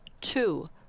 two